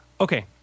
Okay